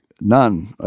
none